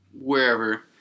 wherever